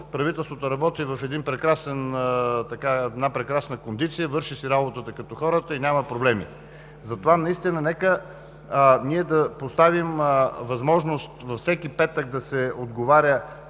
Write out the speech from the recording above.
правителството работи в една прекрасна кондиция, върши си работата като хората и няма проблеми. Затова нека да поставим възможност всеки петък да се отговаря